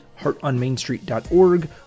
heartonmainstreet.org